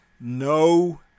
No